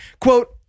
Quote